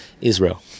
Israel